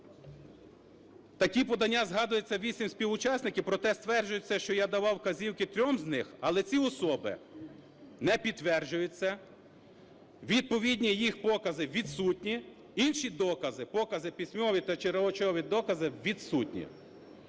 Такі подання, згадуються вісім співучасників, проте стверджується, що я давав вказівки трьом з них. Але ці особи не підтверджують це, відповідно їх покази відсутні. Інші докази, покази письмові та речові докази відсутні.